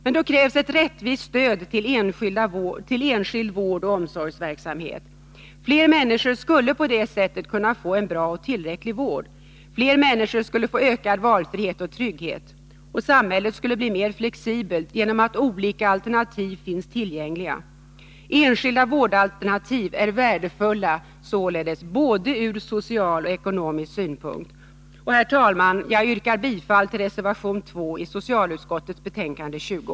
Men då krävs ett rättvist stöd till enskild vårdoch omsorgsverksamhet. Fler människor skulle på det sättet kunna få en bra och tillräcklig vård. Fler människor skulle få ökad valfrihet och trygghet. Samhället skulle bli mer flexibelt genom att olika alternativ finns tillgängliga. Enskilda vårdalternativ är således värdefulla ur både social och ekonomisk synpunkt. Herr talman! Jag yrkar bifall till reservation 2 i socialutskottets betänkande 20.